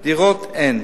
דירות אין.